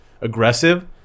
aggressive